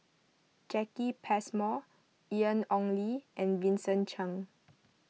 Jacki Passmore Ian Ong Li and Vincent Cheng